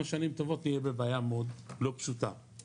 שנים טובות נהיה בבעיה מאוד לא פשוטה.